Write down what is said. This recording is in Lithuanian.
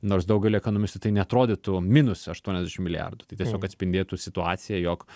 nors daugeliui ekonomistų tai neatrodytų minus aštuoniasdešimt milijardų tai tiesiog atspindėtų situaciją jog